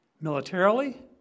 militarily